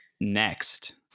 next